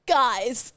guys